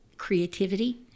Creativity